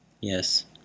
Yes